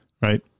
right